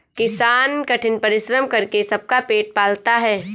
किसान कठिन परिश्रम करके सबका पेट पालता है